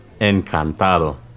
encantado